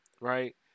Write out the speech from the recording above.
Right